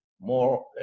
more